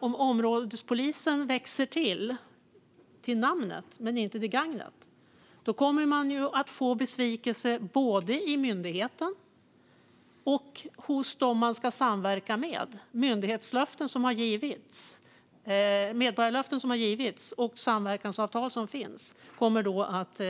Om områdespolisen växer till namnet men inte till gagnet kommer man ju att få besvikelse både i myndigheten och hos dem man ska samverka med. Myndighetslöften som har givits, medborgarlöften som har givits och samverkansavtal som finns kommer då att